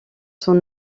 son